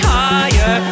higher